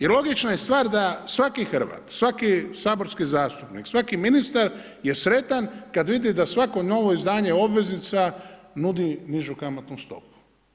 Jer logična je stvar da svaki Hrvat, svaki saborski zastupnik, svaki ministar je sretan kad vidi da svako novo izdanje obveznica nudi nižu kamatnu stopu.